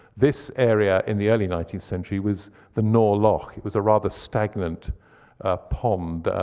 this area in the early nineteenth century was the nor loch. it was a rather stagnant pond,